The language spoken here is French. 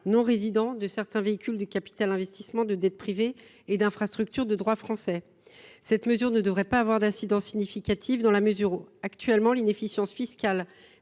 non résidents de certains véhicules de capital investissement, de dette privée et d’infrastructures de droit français. Cette mesure ne devrait pas avoir d’incidence significative en termes de recettes fiscales,